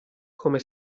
come